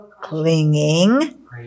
clinging